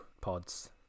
pods